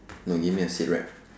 no give me a seat right